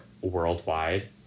worldwide